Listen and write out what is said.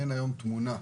אין היום תמונה,